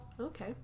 Okay